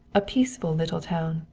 a peaceful little town,